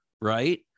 Right